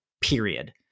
period